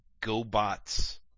GoBots